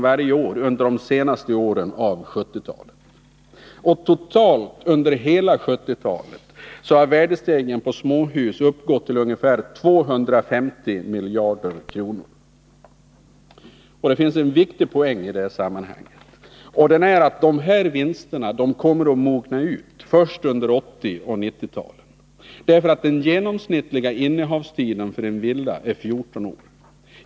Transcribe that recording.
Totalt under hela 1970-talet utgör värdestegringen på småhus ungefär 250 miljarder kronor. Poängen är att dessa vinster kommer att mogna ut under 1980 och 1990-talen. Den genomsnittliga innehavstiden för en villa är nämligen 14 år.